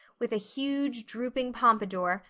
with a huge, drooping pompadour,